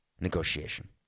negotiation